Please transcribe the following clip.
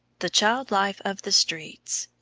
the child-life of the streets.